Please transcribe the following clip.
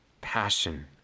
passion